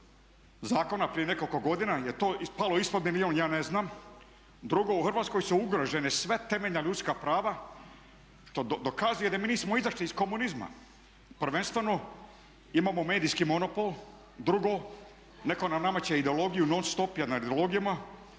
zakona prije nekoliko godina je to …/Govornik se ne razumije./… ja ne znam. Drugo, u Hrvatskoj su ugrožena sva temeljna ljudska prava što dokazuje da mi nismo izašli iz komunizma. Prvenstveno imamo medijski monopol. Drugo, netko nam nameće ideologiju non stop. Imamo korupciju